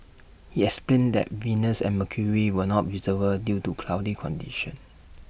he explained that Venus and mercury were not visible due to cloudy conditions